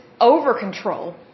over-control